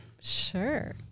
Sure